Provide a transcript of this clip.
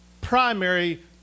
primary